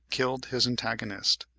killed his antagonist.